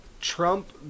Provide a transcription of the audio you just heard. Trump